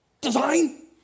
design